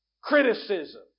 criticism